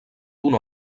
una